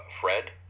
Fred